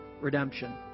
redemption